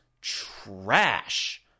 trash